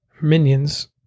minions